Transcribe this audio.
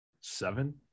Seven